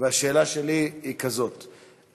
והשאלה שלי היא כזאת,